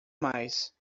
mais